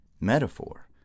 metaphor